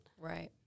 Right